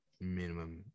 minimum